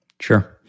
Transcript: Sure